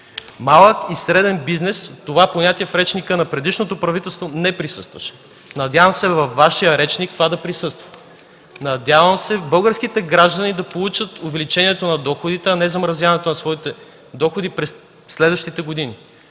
„малък и среден бизнес” в речника на предишното правителство не присъстваше. Надявам се във Вашия речник то да присъства, надявам се българските граждани да получат увеличение на доходите, а не замразяване на своите доходи през следващите години.